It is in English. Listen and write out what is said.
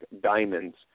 Diamonds